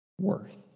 worth